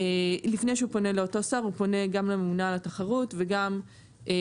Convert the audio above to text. לפני שהוא פונה לאותו שר הוא פונה גם לממונה על התחרות וגם למועצה